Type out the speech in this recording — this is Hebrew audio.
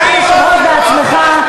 אתה סגן יושב-ראש בעצמך.